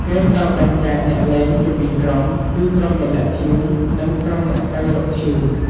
គេត្រូវបែងចែកអ្នកលេងជា ពីរក្រុម គឺក្រុមអ្នកលាក់ធ្យូង និងក្រុមអ្នកស្វែងរកធ្យូង។